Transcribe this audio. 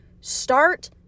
start